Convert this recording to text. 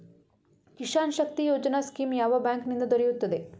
Kisan Shakti Yojana scheme ಯಾವ bank ನಿಂದ ದೊರೆಯುತ್ತದೆ?